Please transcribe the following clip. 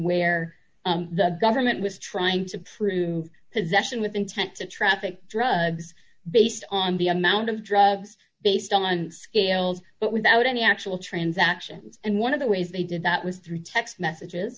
where the government was trying to prove possession with intent to traffic drugs based on the amount of drugs based on scales but without any actual transactions and one of the ways they did that was through text messages